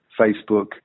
Facebook